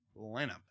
lineup